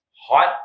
hot